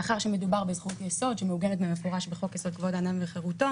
מאחר שמדובר בזכות-יסוד שמעוגנת בחוק-יסוד: כבוד האדם וחירותו